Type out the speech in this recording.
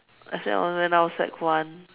as in when I was sec one